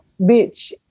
bitch